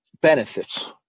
benefits